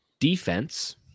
Defense